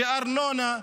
בארנונה,